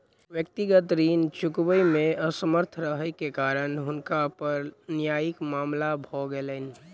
व्यक्तिगत ऋण चुकबै मे असमर्थ रहै के कारण हुनका पर न्यायिक मामला भ गेलैन